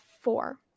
Four